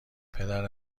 پدر